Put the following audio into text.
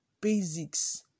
basics